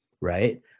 Right